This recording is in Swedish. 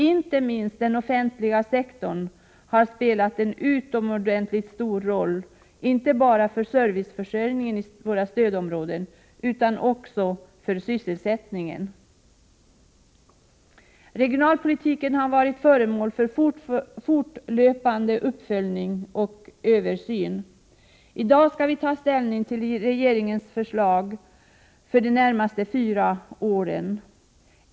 Inte minst den offentliga sektorn har spelat en utomordentligt stor roll, inte bara för serviceförsörjningen i våra stödområden utan också för sysselsättningen. Regionalpolitiken har varit föremål för fortlöpande uppföljning och översyn. I dag skall vi ta ställning till regeringens förslag för de närmaste fyra åren.